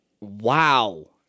Wow